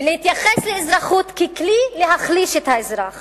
ולהתייחס לאזרחות ככלי להחליש את האזרח